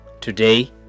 Today